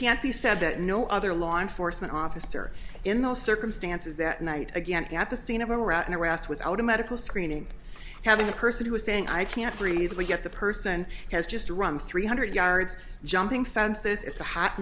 can't be said that no other law enforcement officer in those circumstances that night again at the scene of a rat and arrest without a medical screening having a person who is saying i can't breathe we get the person has just run three hundred yards jumping fences it's a hot